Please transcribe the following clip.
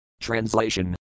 Translation